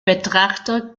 betrachter